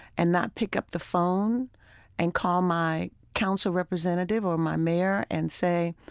and not pick up the phone and call my council representative or my mayor and say,